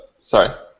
sorry